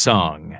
Song